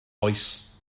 oes